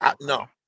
No